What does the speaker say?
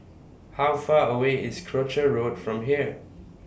How Far away IS Croucher Road from here